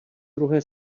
druhé